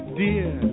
dear